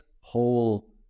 whole